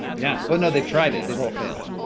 yeah. but no, they've tried. they've all failed